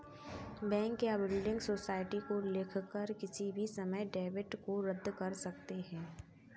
bank या building society को लिखकर किसी भी समय डेबिट को रद्द कर सकते हैं